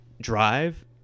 drive